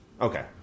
Okay